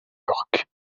york